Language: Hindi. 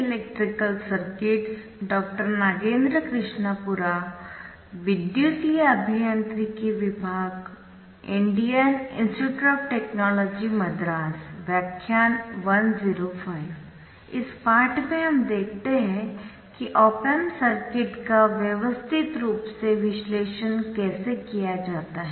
इस पाठ में हम देखते है कि ऑप एम्प सर्किट का व्यवस्थित रूप से विश्लेषण कैसे किया जाता है